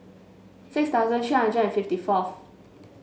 six thousand three hundred and fifty fourth